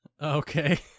Okay